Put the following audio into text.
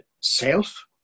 self